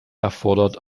erfordert